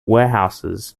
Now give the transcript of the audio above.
warehouses